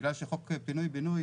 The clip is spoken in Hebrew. בגלל שחוק פינוי בינוי